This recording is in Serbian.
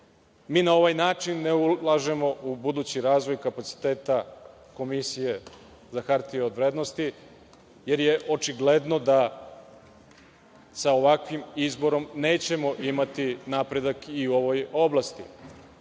mi na ovaj način ne ulažemo u budući razvoj kapaciteta Komisije za hartije od vrednosti jer je očigledno da sa ovakvim izborom nećemo imati napredak i u ovoj oblasti. Jedan